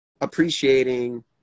appreciating